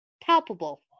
palpable